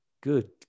Good